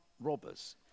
robbers